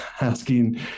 asking